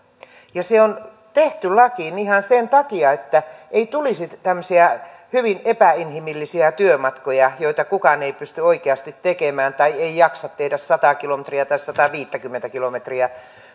se on tehty lakiin ihan sen takia että ei tulisi tämmöisiä hyvin epäinhimillisiä työmatkoja joita kukaan ei pysty oikeasti tekemään tai ei jaksa tehdä sataa kilometriä tai sataaviittäkymmentä kilometriä